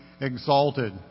exalted